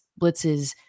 blitzes